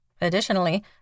Additionally